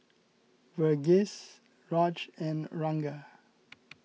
Verghese Raj and Ranga